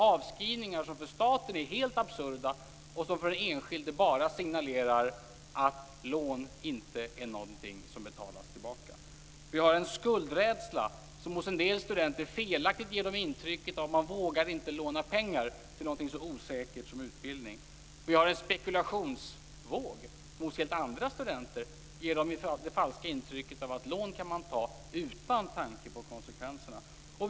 Avskrivningarna är helt absurda för staten, och för den enskilde signalerar de bara att lån inte är någonting som betalas tillbaka. Det finns en skuldrädsla som felaktigt ger en del studenter intrycket att man inte vågar låna pengar till något så osäkert som utbildning. Vi har en spekulationsvåg som ger helt andra studenter det falska intrycket att lån kan man ta utan tänka på konsekvenserna.